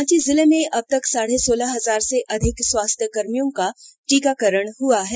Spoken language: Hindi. रांची जिले में अब तक साढ़े सोलह हजार से अधिक स्वास्थ्यकर्मियों का टीकाकरण हुआ है